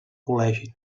col·legi